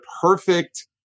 perfect